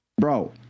Bro